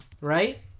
right